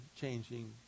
changing